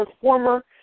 former